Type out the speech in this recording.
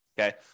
okay